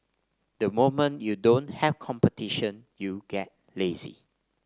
the moment you don't have competition you get lazy